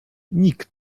nikt